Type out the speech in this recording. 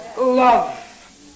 Love